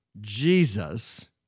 Jesus